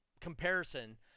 comparison